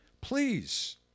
please